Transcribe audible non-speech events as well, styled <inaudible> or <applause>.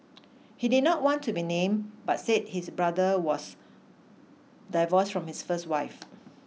he did not want to be named but said his brother was divorced from his first wife <noise>